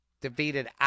Defeated